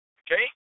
okay